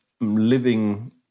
living